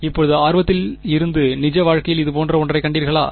இப்போது ஆர்வத்தில் இருந்து நிஜ வாழ்க்கையில் இதுபோன்ற ஒன்றைக் கண்டீர்களா